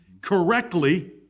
correctly